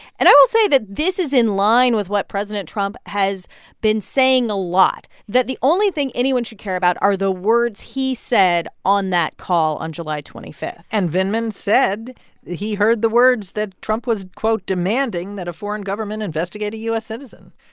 and i will say that this is in line with what president trump has been saying a lot, that the only thing anyone should care about are the words he said on that call on july twenty five point and vindman said he heard the words that trump was, quote, demanding that a foreign government investigate a u s. citizen.